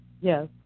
Yes